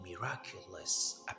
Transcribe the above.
miraculous